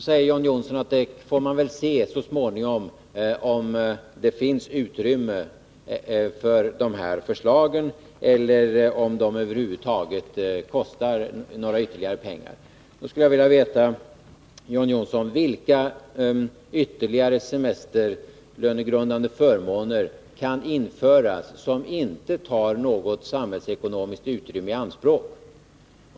John Johnsson säger att man så småningom får se om det finns något utrymme för de här förslagen eller om det över huvud taget kostar något extra. Jag skulle då vilja fråga: Vilka ytterligare semesterlönegrundande förmåner kan införas som inte tar något samhällsekonomiskt utrymme i anspråk?